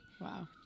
Wow